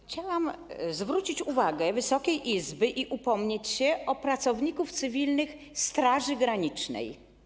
Chciałam zwrócić uwagę Wysokiej Izby i upomnieć się o pracowników cywilnych Straży Granicznej.